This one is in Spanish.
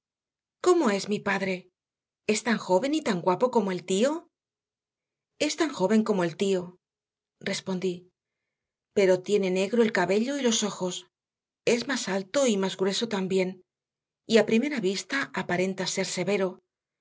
cómo es mi padre es tan joven y tan guapo como el tío es tan joven como el tío respondí pero tiene negro el cabello y los ojos es más alto y más grueso también y a primera vista aparenta ser severo